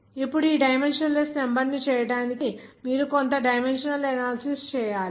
ఇప్పుడు ఆ dimensionless number ను చేయడానికి మీరు కొంత డైమెన్షనల్ అనాలసిస్ చేయాలి